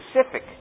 specific